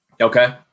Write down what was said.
okay